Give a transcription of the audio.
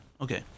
Okay